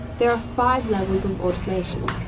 there are five levels of automation,